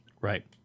Right